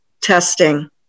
testing